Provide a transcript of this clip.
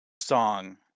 song